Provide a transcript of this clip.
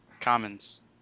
Commons